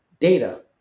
data